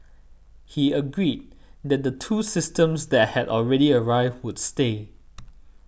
he agreed that the two systems that had already arrived would stay